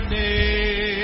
name